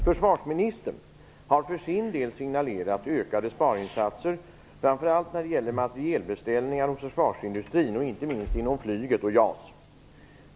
Försvarsministern har för sin del signalerat ökade sparinsatser, framför allt när det gäller materielbeställningar hos försvarsindustrin. Inte minst gäller det flyget och JAS.